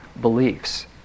beliefs